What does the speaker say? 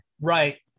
Right